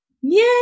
Yay